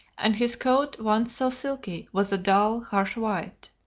and his coat, once so silky, was a dull, harsh white.